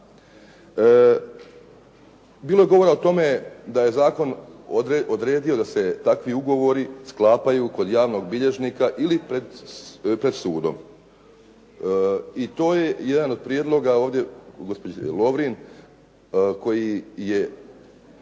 Bilo je govora o tome da je zakon odredio da se takvi ugovori sklapaju kod javnog bilježnika ili pred sudom. I to je jedna od prijedloga gospođe Lovrin koji je,